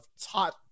taught